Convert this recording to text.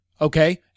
Okay